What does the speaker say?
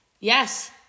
yes